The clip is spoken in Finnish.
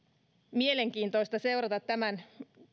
mielenkiintoista seurata tämän